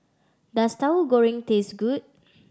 does Tahu Goreng taste good